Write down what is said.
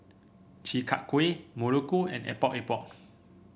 Chi Kak Kuih Muruku and Epok Epok